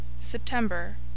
September